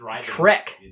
trek